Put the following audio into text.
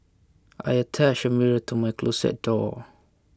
I attached a mirror to my closet door